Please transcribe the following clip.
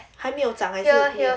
还没有长还是 empty